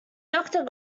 doctor